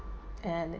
and